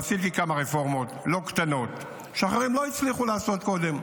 עשיתי כמה רפורמות לא קטנות שאחרים לא הצליחו לעשות קודם,